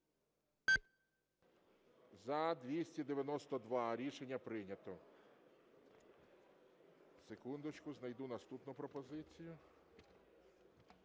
За-292 Рішення прийнято. Секундочку, знайду наступну пропозицію.